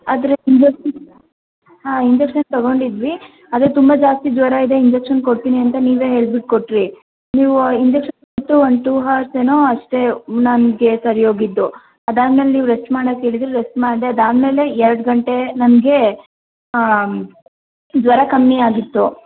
ಆದರೆ ಇವತ್ತು ಹಾಂ ಇಂಜೆಕ್ಷನ್ ತೊಗೊಂಡಿದ್ವಿ ಆದರೆ ತುಂಬ ಜಾಸ್ತಿ ಜ್ವರ ಇದೆ ಇಂಜೆಕ್ಷನ್ ಕೊಡ್ತೀನಿ ಅಂತ ನೀವೇ ಹೇಳಿಬಿಟ್ಟು ಕೊಟ್ಟಿರಿ ನೀವು ಇಂಜೆಕ್ಷನ್ ಕೊಟ್ಟು ಒನ್ ಟು ಹವರ್ಸ್ ಏನೋ ಅಷ್ಟೇ ನನಗೆ ಸರಿ ಹೋಗಿದ್ದು ಅದಾದ ಮೇಲೆ ನೀವು ರೆಸ್ಟ್ ಮಾಡಕ್ಕೆ ಹೇಳಿದಿರಿ ರೆಸ್ಟ್ ಮಾಡಿದೆ ಅದಾದ ಮೇಲೆ ಎರಡು ಗಂಟೆ ನನಗೆ ಜ್ವರ ಕಮ್ಮಿ ಆಗಿತ್ತು